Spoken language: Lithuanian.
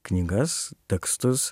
knygas tekstus